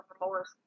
remorse